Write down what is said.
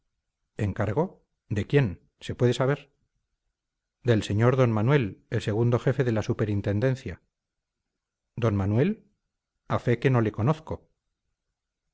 encargo de quién se puede saber del sr d manuel el segundo jefe de la superintendencia d manuel a fe que no le conozco